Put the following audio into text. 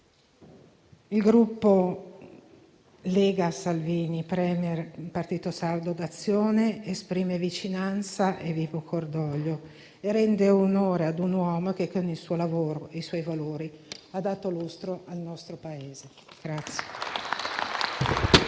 il Gruppo Lega-Salvini Premier-Partito Sardo d'Azione esprime vicinanza e vivo cordoglio e rende onore ad un uomo che con il suo lavoro e i suoi valori ha dato lustro al nostro Paese.